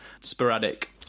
sporadic